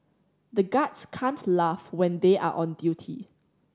the guards can't laugh when they are on duty